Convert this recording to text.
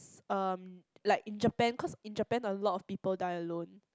s~ um like in Japan cause in Japan a lot of people die alone